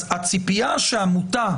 הציפייה שעמותה,